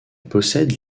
possède